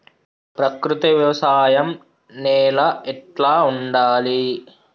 ప్రకృతి వ్యవసాయం నేల ఎట్లా ఉండాలి?